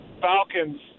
Falcons